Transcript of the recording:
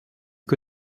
que